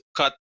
cut